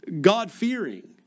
God-fearing